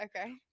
okay